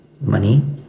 money